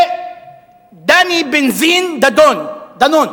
ודני "בנזין" דנון,